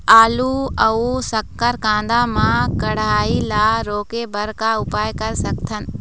आलू अऊ शक्कर कांदा मा कढ़ाई ला रोके बर का उपाय कर सकथन?